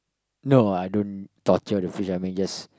no I don't torture the fish I mean just